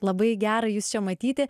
labai gera jus čia matyti